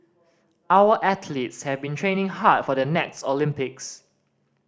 our athletes have been training hard for the next Olympics